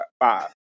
five